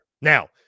Now